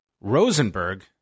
Rosenberg